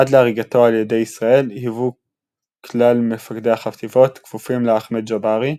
עד להריגתו על ידי ישראל היו כלל מפקדי החטיבות כפופים לאחמד ג'עברי,